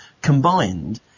combined